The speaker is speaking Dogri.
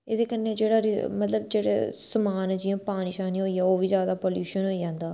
एह्दे कन्नै जेह्ड़ा मतलब जेह्ड़ा समान ऐ जियां पानी शानी होई गेआ ओह् बी ज्यादा पल्युशन होई जंदा